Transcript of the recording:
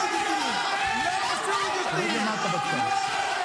תרד למטה, בבקשה.